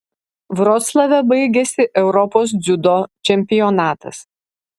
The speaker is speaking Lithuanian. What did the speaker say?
vroclave baigėsi europos dziudo čempionatas